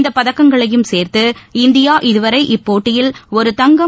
இந்த பதக்கங்களையும் சேர்த்து இந்தியா இதுவரை இப்போட்டியில் ஒரு தங்கம்